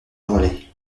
relais